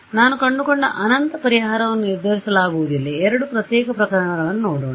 ಆದ್ದರಿಂದ ನಾನು ಕಂಡುಕೊಂಡ ಅನಂತ ಪರಿಹಾರವನ್ನು ನಿರ್ಧರಿಸಲಾಗುವುದಿಲ್ಲ ಎರಡು ಪ್ರತ್ಯೇಕ ಪ್ರಕರಣಗಳನ್ನು ನೋಡೋಣ